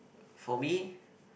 for me